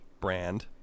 brand